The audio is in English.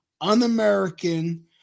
un-American